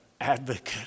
advocate